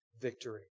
victory